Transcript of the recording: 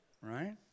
right